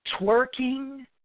twerking